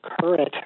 current